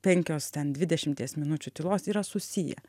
penkios ten dvidešimties minučių tylos yra susiję